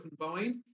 combined